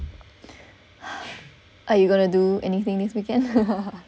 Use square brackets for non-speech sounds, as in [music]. are you going to do anything this weekend [laughs]